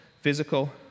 physical